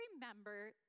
remember